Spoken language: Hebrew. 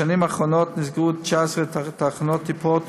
בשנים האחרונות נסגרו 19 תחנות טיפת